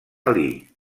alí